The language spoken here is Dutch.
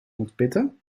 ontpitten